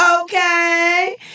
Okay